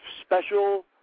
special